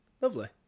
Lovely